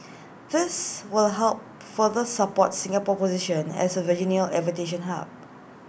this will help further support Singapore's position as A regional aviation hub